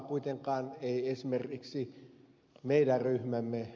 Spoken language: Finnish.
kuitenkaan ei esimerkiksi meidän ryhmämme ed